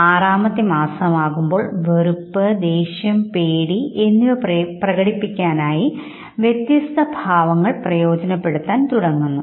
ആറാമത്തെ മാസമാകുമ്പോൾ വെറുപ്പ് ദേഷ്യം പേടി എന്നിവ പ്രകടിപ്പിക്കാനായി വ്യത്യസ്തമായ ഭാവങ്ങൾ പ്രയോജനപ്പെടുത്താൻ തുടങ്ങുന്നു